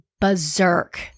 berserk